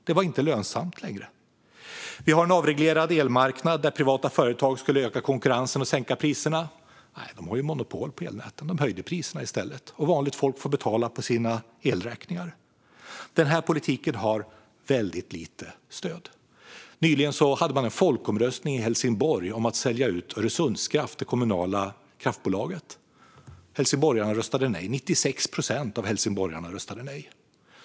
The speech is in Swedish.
Det var inte lönsamt längre. Vi har en avreglerad elmarknad där privata företag skulle öka konkurrensen och sänka priserna. Men de har monopol på elnäten och höjde priserna i stället, och vanligt folk får betala på sina elräkningar. Den här politiken har väldigt lite stöd. Nyligen hade man en folkomröstning i Helsingborg om att sälja ut Öresundskraft, det kommunala kraftbolaget. Helsingborgarna röstade nej. 96 procent av dem röstade nej.